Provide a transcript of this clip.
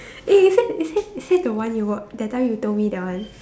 eh is it is it is it the one you work that time you told me that one